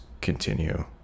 continue